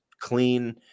clean